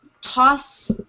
toss